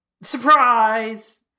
surprise